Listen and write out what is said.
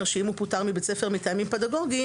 שאם הוא פוטר מבית ספר מטעמים פדגוגיים,